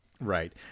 Right